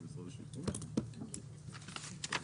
לא